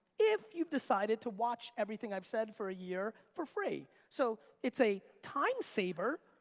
if you've decided to watch everything i've said for a year for free. so it's a timesaver,